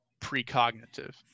precognitive